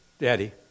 Daddy